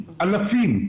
אלפים,